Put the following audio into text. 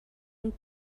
und